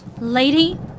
Lady